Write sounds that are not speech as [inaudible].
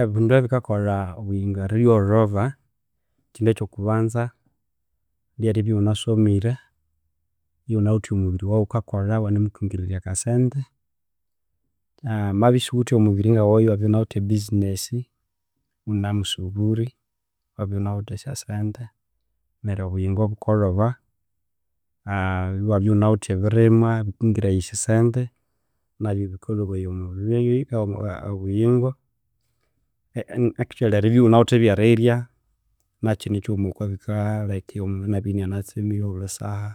Ebindu ebikakolha obuyingo eryolhoba ekindu ekyokubanza reyeribya eghunasomire, eghumawithe omubiri owa ghukakolha owa nimukwingirirya aka sente [hesitation] wamabya esiwuwithe omubiri nga woyo ewabya ewunawithe e business ghunemusuburi ewabya ewunawithe esyo sente neryu obuyingo bukwolhoba [hesitation] ewabya ewunawithe ebirimwa ebikingiraya esyo sente [hesitation] nabyu bikolhobaya obuyingo actually eribya ewuanawithe ebyerirya nakyu nikighuma okwa bikalheka omundu inabya inanatsemire obulhi saha